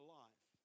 life